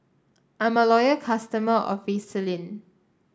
I'm a loyal customer of Vaselin